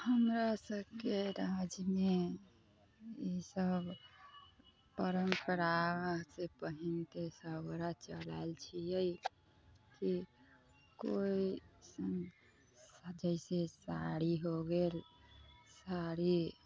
हमरा सबके राज्यमे ई सब परम्परा चलि आयल छियै की कोइ जैसे साड़ी हो गेल साड़ी